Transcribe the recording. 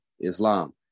Islam